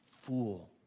Fool